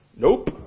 Nope